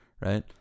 Right